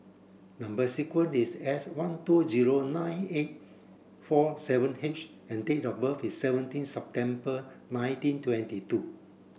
number sequence is S one two zero nine eight four seven H and date of birth is seventeen September nineteen twenty two